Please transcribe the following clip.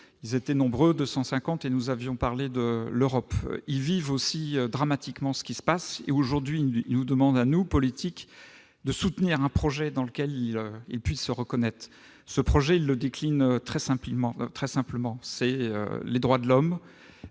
ils étaient nombreux, deux cent cinquante -et nous avons parlé de l'Europe. Ils vivent dramatiquement ce qui se passe et nous demandent, à nous, politiques, de soutenir un projet dans lequel ils puissent se reconnaître. Ce projet, il le décline très simplement : les droits de l'homme,